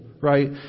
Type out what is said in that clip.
right